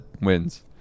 wins